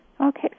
Okay